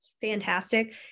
Fantastic